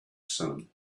sun